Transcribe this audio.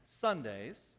Sundays